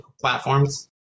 platforms